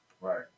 Right